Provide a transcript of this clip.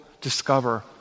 discover